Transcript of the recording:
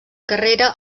carrera